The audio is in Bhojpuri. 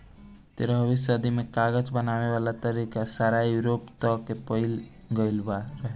तेरहवीं सदी में कागज बनावे वाला तरीका सारा यूरोप तकले फईल गइल रहे